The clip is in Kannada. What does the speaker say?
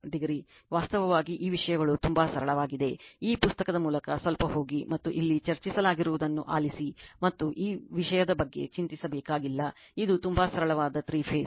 43o ವಾಸ್ತವವಾಗಿ ಈ ವಿಷಯಗಳು ತುಂಬಾ ಸರಳವಾಗಿದೆ ಈ ಪುಸ್ತಕದ ಮೂಲಕ ಸ್ವಲ್ಪ ಹೋಗಿ ಮತ್ತು ಇಲ್ಲಿ ಚರ್ಚಿಸಲಾಗಿರುವದನ್ನು ಆಲಿಸಿ ಮತ್ತು ಈ ವಿಷಯದ ಬಗ್ಗೆ ಚಿಂತಿಸಬೇಕಾಗಿಲ್ಲ ಇದು ತುಂಬಾ ಸರಳವಾದ 3 ಫೇಸ್